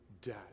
Debt